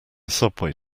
subway